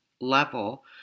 level